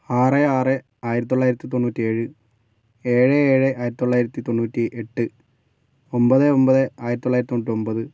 ആറ് ആറ് ആയിരത്തി തൊള്ളായിരത്തി തൊണ്ണൂറ്റി ഏഴ് ഏഴ് ഏഴ് ആയിരത്തി തൊള്ളായിരത്തി തൊണ്ണൂറ്റി എട്ട് ഒമ്പത് ഒമ്പത് ആയിരത്തി തൊള്ളായിരത്തി തൊണ്ണൂറ്റൊമ്പത്